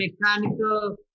mechanical